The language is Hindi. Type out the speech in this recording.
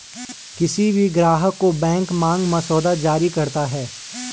किसी भी ग्राहक को बैंक मांग मसौदा जारी करता है